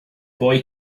boy